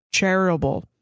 charitable